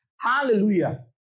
Hallelujah